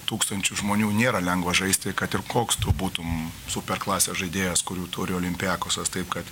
tūkstančių žmonių nėra lengva žaisti kad ir koks tu būtum super klasės žaidėjas kurių turi olimpiakosas taip kad